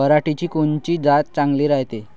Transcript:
पऱ्हाटीची कोनची जात चांगली रायते?